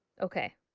Okay